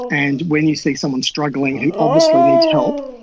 and when you see someone struggling who obviously needs help,